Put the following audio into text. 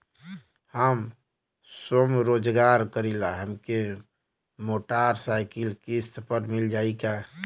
हम स्वरोजगार करीला हमके मोटर साईकिल किस्त पर मिल जाई का?